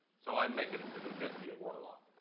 so i'm making him the new deputy of warlock.